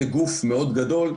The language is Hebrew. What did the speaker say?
כגוף מאוד גדול,